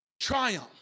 Triumph